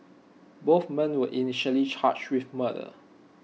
both men were initially charged with murder